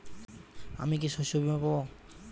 আমি কি শষ্যবীমা পাব?